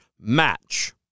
match